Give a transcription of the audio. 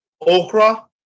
okra